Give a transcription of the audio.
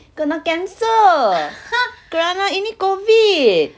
kena cancel kerana ini COVID